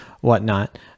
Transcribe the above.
whatnot